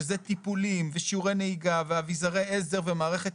שזה טיפולים ושיעורי נהיגה ואביזרי עזר ומערכת